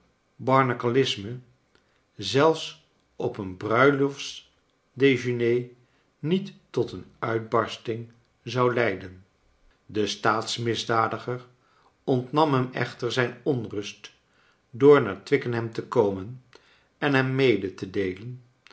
barnacle isme zelfs op een bruiloftsdejeuner niet tot een uitbarsting zou leiden de staatsmisdadiger ontnam hem echter zijn onrust door naar twickenham te komen en hem mee te deelen